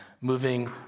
moving